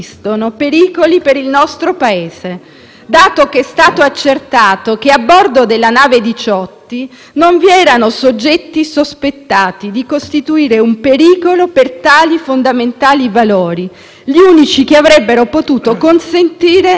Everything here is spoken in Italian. non vi erano soggetti sospettati di costituire un pericolo per tali fondamentali valori, gli unici che avrebbero potuto consentire l'invocazione all'articolo 52 della Costituzione, e cioè la difesa della Patria,